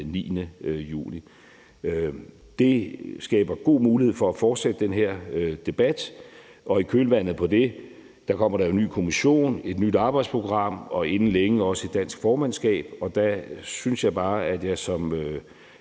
9. juni. Det skaber god mulighed for at fortsætte den her debat. Og i kølvandet på det kommer der en ny kommission, et nyt arbejdsprogram og inden længe også et dansk formandskab, og der synes jeg bare, at jeg som